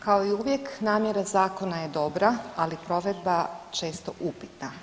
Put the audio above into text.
Kao i uvijek, namjera zakona je dobra, ali provedba često upitna.